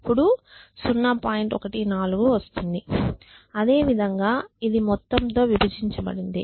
14 లభిస్తుంది అదేవిధంగా ఇది మొత్తంతో విభజించబడింది కనుక 0